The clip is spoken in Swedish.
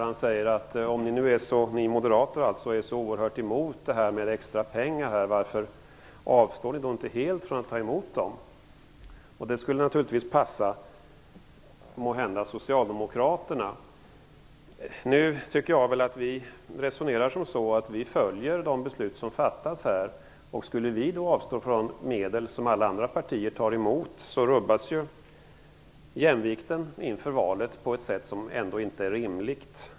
Han säger: Om ni moderater nu är så oerhört emot extra pengar, varför avstår ni då inte från att ta emot dem? Det skulle måhända passa socialdemokraterna. Vi resonerar på det sättet att vi följer de beslut som fattas här. Skulle vi avstå från medel som alla andra partier tar emot, rubbas jämvikten inför valet på ett sätt som inte är rimligt.